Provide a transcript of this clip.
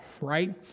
right